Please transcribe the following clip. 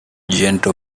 gentle